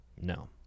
No